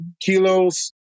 kilos